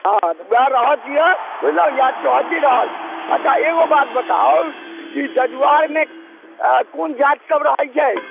हँ तऽ ओएह रहऽ दियौ बुझलहुँ या चौहद्दी रहल अच्छा एगो बात बताउ कि जजुआरमे एकटा कोन जाति सभ रहैत छै